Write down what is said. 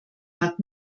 hat